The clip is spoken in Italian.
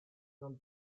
non